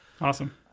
Awesome